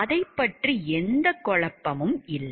அதைப் பற்றி எந்த குழப்பமும் இல்லை